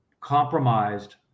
compromised